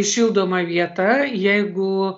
šildoma vieta jeigu